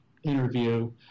interview